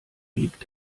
liegt